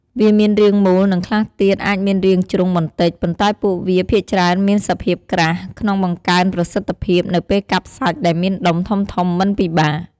វាមានរាងមូល និងខ្លះទៀតអាចមានរាងជ្រុងបន្តិច ប៉ុន្តែពួកវាភាគច្រើនមានសភាពក្រាស់ ក្នុងបង្កើនប្រសិទ្ធភាពនៅពេលកាប់សាច់ដែលមានដុំធំៗមិនពិបាក។